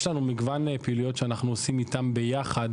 יש לנו מגוון פעילויות שאנחנו עושים איתם ביחד